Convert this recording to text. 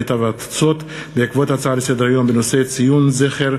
הקליטה והתפוצות בעקבות דיון בהצעה לסדר-היום בנושא: ציון זכר